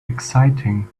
exciting